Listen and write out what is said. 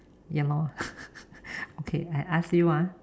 ya lor okay I ask you ah